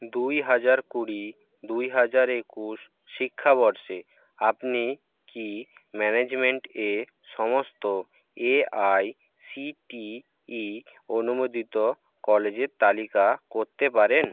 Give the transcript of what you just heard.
দুই হাজার কুড়ি দুই হাজার একুশ শিক্ষাবর্ষে আপনি কি ম্যানেজমেন্ট এ সমস্ত এআইসিটিই অনুমোদিত কলেজের তালিকা করতে পারেন